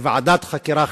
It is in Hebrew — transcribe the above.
לוועדת חקירה חיצונית,